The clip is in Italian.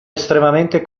estremamente